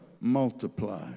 multiply